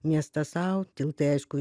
miestas sau tiltai aišku